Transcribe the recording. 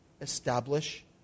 Establish